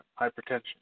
hypertension